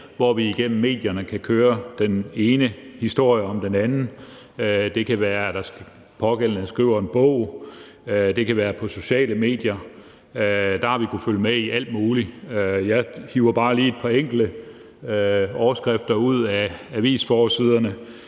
hvor vi igennem medierne kan høre den ene historie efter den anden. Det kan være, at den pågældende skriver en bog, og det kan være historier på sociale medier. Der har vi kunnet følge med i alt muligt. Jeg hiver bare lige et par enkelte overskrifter frem fra avisforsiderne